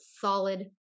solid